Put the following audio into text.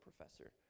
professor